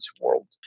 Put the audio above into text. world